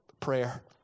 prayer